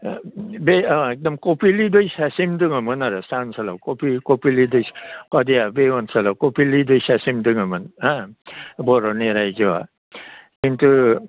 बे एकदम कपिलि दैसासिम दंमोन आरो सा ओनसोलाव कपिलि दै सदिया बे ओनसोलाव कपिलि दैसासिम दङमोन हा बर'नि रायजोआ किन्तु